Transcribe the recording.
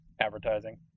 advertising